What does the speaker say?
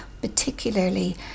particularly